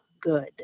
good